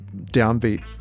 downbeat